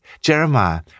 Jeremiah